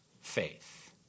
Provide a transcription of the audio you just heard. faith